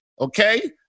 Okay